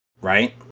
right